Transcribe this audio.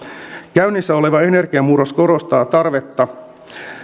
käynnissä oleva energiamurros korostaa tarvetta